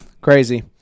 Crazy